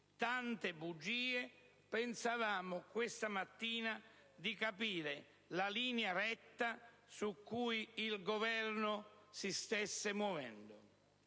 tante bugie - pensavamo questa mattina di capire su quale linea retta il Governo si stesse muovendo.